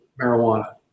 marijuana